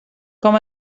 com